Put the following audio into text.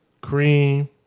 Cream